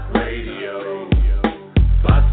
radio